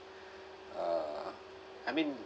uh I mean